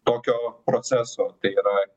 tokio proceso tai yra